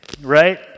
right